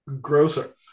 grosser